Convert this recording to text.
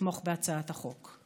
לתמוך בהצעת החוק.